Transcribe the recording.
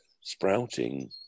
sprouting